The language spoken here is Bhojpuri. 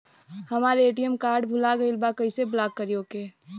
हमार ए.टी.एम कार्ड भूला गईल बा कईसे ब्लॉक करी ओके?